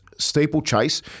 steeplechase